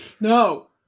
No